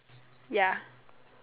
ya